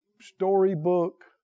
storybook